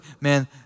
man